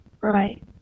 Right